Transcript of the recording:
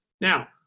now